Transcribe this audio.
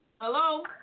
Hello